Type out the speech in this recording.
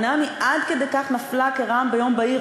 האומנם עד כדי כך נפלה כרעם ביום בהיר?